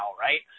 right